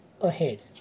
ahead